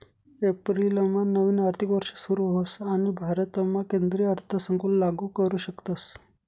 एप्रिलमा नवीन आर्थिक वर्ष सुरू होस आणि भारतामा केंद्रीय अर्थसंकल्प लागू करू शकतस